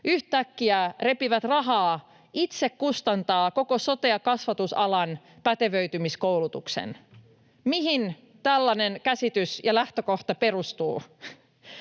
yhtäkkiä repivät rahaa kustantaakseen itse koko sote- ja kasvatusalan pätevöitymiskoulutuksen. Mihin tällainen käsitys ja lähtökohta perustuu?